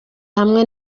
hanze